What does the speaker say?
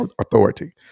authority